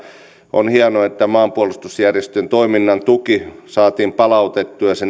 on hienoa että maanpuolustusjärjestön toiminnan tuki saatiin palautettua se